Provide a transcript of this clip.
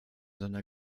seiner